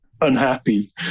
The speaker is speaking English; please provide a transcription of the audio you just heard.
unhappy